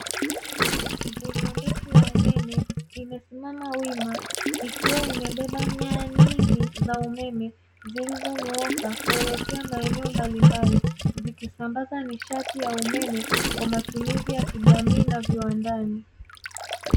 Nguzo ndefu ya umeme imesimama wima ikiwa imebeba nyaya nyingi za umeme zilizonyooka kuelekea maeneo mbalimbali. Zikisambaza nishati ya umeme kwa matumizi ya kijamii na viwandani.